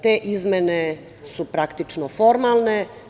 Te izmene su, praktično, formalne.